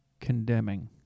condemning